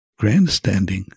grandstanding